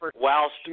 whilst